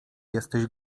jesteś